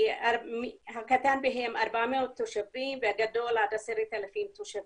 בקטן בהם 400 תושבים והגדול עד 10,000 תושבים.